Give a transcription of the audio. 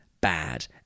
bad